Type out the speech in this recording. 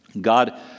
God